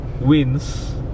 wins